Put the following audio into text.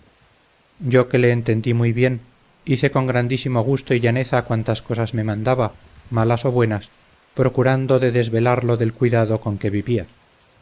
yo que le entendí muy bien hice con grandísimo gusto y llaneza cuantas cosas me mandaba malas o buenas procurando de desvelarlo del cuidado con que vivía